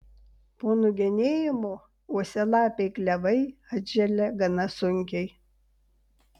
po nugenėjimo uosialapiai klevai atželia gana sunkiai